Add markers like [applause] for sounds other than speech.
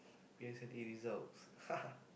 P_S_L_E results [laughs]